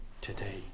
today